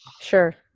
Sure